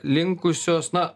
linkusios na